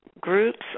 groups